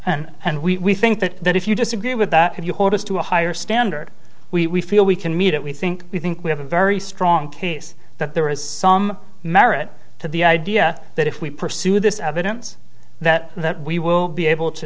required and we think that that if you disagree with that could you hold us to a higher standard we feel we can meet it we think we think we have a very strong case that there is some merit to the idea that if we pursue this evidence that we will be able to